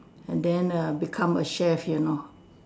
and then err become a chef you know